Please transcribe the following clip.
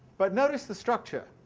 but notice the structure